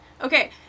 Okay